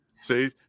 See